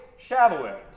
Shavuot